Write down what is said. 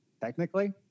technically